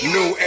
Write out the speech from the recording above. New